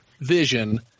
Vision